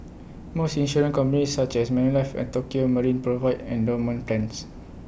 most insurance companies such as Manulife and Tokio marine provide endowment plans